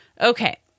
Okay